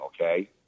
okay